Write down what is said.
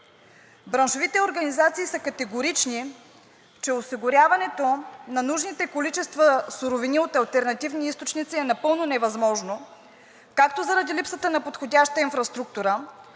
Браншовите организации са категорични, че осигуряването на нужните количества суровини от алтернативни източници е напълно невъзможно както заради липсата на подходяща инфраструктура,